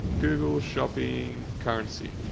google shopping currency